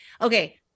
Okay